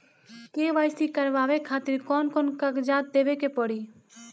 KYC करवावे खातिर कौन कौन कागजात देवे के पड़ी?